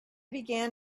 began